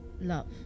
love